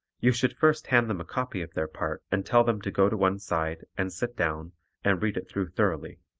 you should first hand them a copy of their part and tell them to go to one side and sit down and read it through thoroughly.